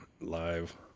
live